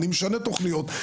אני משנה תוכניות,